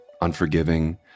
unforgiving